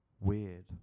Weird